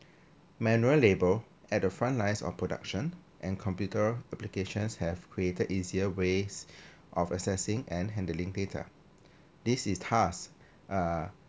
manual labour at the front lines of production and computer applications have created easier ways of accessing and handling data this is task uh